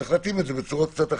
צריך להתאים את זה בצורות קצת אחרות.